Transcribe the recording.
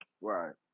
right